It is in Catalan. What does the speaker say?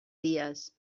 dies